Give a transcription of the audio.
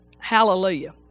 hallelujah